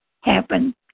happen